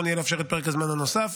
נכון יהיה לאפשר את פרק הזמן הנוסף,